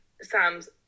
Sam's